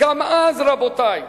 גם אז, רבותי,